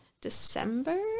December